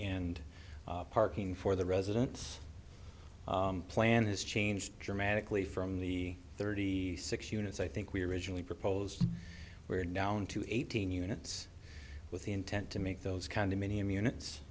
and parking for the residents plan has changed dramatically from the thirty six units i think we originally proposed we're down to eighteen units with the intent to make those condominium